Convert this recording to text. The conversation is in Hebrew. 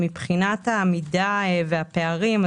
מבחינת העמידה והפערים,